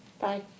Bye